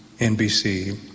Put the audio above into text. NBC